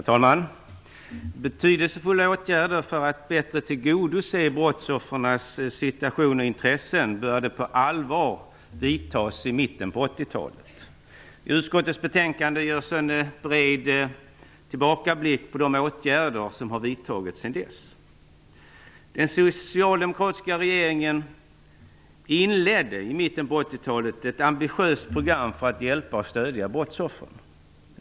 Herr talman! Betydelsefulla åtgärder för att bättre tillgodose brottsoffrens situation och intressen började på allvar vidtas i mitten av 80-talet. I utskottets betänkande görs en bred tillbakablick på de åtgärder som vidtagits sedan dess. Den socialdemokratiska regeringen inledde i mitten av 80-talet ett ambitiöst program för att hjälpa och stödja brottsoffer.